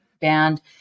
band